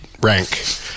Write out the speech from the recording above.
rank